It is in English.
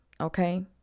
okay